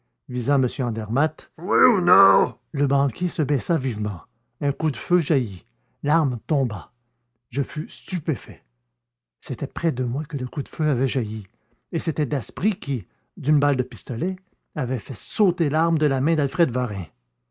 oui ou non le banquier se baissa vivement un coup de feu jaillit l'arme tomba je fus stupéfait c'était près de moi que le coup de feu avait jailli et c'était daspry qui d'une balle de pistolet avait fait sauter l'arme de la main d'alfred varin